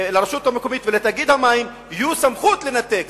לרשות המקומית ולתאגיד המים יהיו סמכויות לנתק.